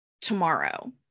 tomorrow